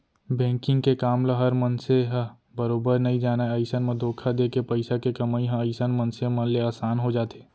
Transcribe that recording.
banking के काम ल हर मनसे ह बरोबर नइ जानय अइसन म धोखा देके पइसा के कमई ह अइसन मनसे मन ले असान हो जाथे